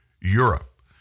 Europe